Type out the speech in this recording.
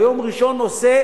מה יום ראשון עושה